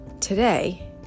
today